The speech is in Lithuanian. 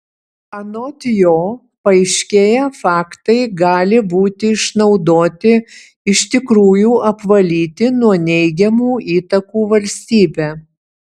anot jo paaiškėję faktai gali būti išnaudoti iš tikrųjų apvalyti nuo neigiamų įtakų valstybę